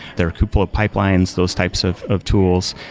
there are kubeflow pipelines, those types of of tools.